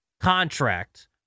contract